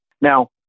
Now